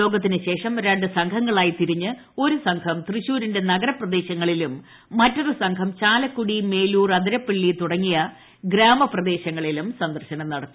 യോഗത്തിനു ശേഷം രണ്ടു സംഘങ്ങളായി തിരിഞ്ഞു ഒരു സംഘം തൃശ്ശൂരിന്റെ നഗര പ്രദേശങ്ങളിലും മറ്റൊരു സംഘം ചാലക്കുടി മേലൂർ അതിരപ്പിള്ളി തുടങ്ങിയ ഗ്രാമപ്രദേശങ്ങളിലും സന്ദർശനം നടത്തി